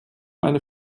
eine